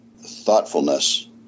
thoughtfulness